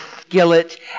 skillet